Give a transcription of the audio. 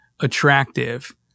attractive